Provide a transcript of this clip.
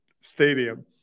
stadium